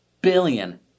billion